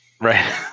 Right